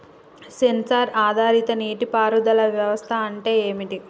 Censor ఆధారిత నీటి పారుదల వ్యవస్థ అంటే ఏమిటి?